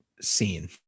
scene